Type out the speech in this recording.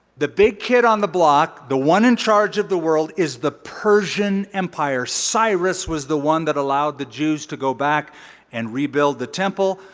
the big kid on the block the one in charge of the world is the persian empire. cyrus was the one that allowed the jews to go back and rebuild the temple.